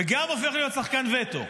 וגם עובר להיות שחקן וטו.